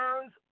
turns